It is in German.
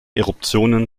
eruptionen